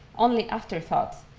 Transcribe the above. only after thoughts.